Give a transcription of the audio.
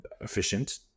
efficient